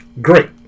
great